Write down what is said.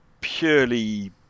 purely